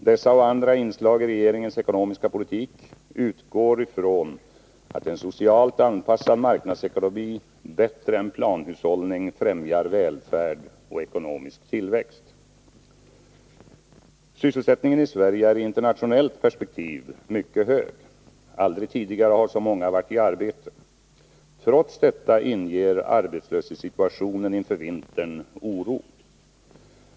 Dessa och andra inslag i regeringens ekonomiska politik utgår från att en socialt anpassad marknadsekonomi bättre än planhushållning främjar välfärd och ekonomisk tillväxt. Sysselsättningen i Sverige är i internationellt perspektiv mycket hög. Aldrig tidigare har så många varit i arbete. Trots detta inger arbetslöshetssituationen inför vintern oro.